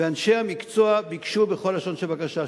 ואנשי המקצוע ביקשו בכל לשון של בקשה.